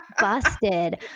Busted